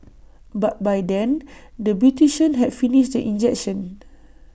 but by then the beautician had finished the injection